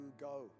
go